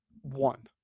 One